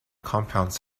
compounds